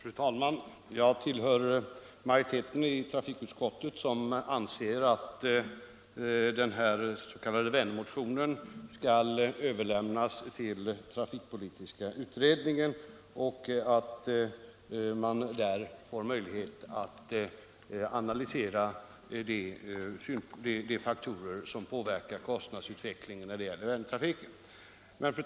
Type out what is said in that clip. Fru talman! Jag tillhör majoriteten i trafikutskottet, som anser att den s.k. Vänermotionen skall överlämnas till trafikpolitiska utredningen för en analys av de faktorer som påverkar kostnadsutvecklingen när det gäller Vänertrafiken.